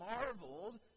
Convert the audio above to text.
marveled